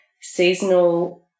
seasonal